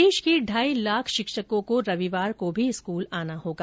प्रदेश के ढाई लाख शिक्षकों को आगामी रविवार को भी स्कूल आना होगा